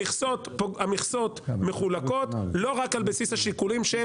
המכסות מחולקות לא רק על בסיס השיקולים של